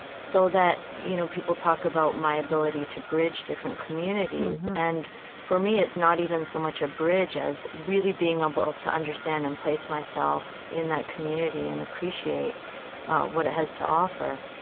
so that, you know, people talk about my ability to bridge different communities mm-hmm and for me, it's not even so much a bridge as really being able to understand and place myself in that community and appreciate what it has to offer.